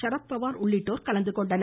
சரத்பவார் உள்ளிட்டோர் கலந்துகொண்டனர்